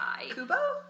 Kubo